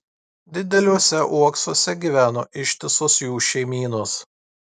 dideliuose uoksuose gyveno ištisos jų šeimynos